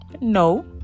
no